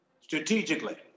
strategically